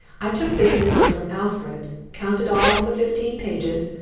i took this missive from alfred, counted all the fifteen pages,